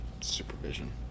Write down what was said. supervision